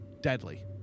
deadly